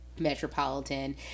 Metropolitan